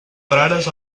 frares